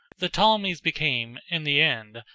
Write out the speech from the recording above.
the ptolemies became, in the end,